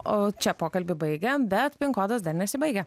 o čia pokalbį baigiam bet pin kodas dar nesibaigia